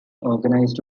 organized